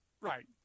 Right